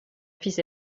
fils